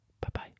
Bye-bye